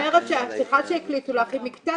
אבל אני אומרת שהשיחה שהקליטו לך היא מקטע